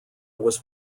was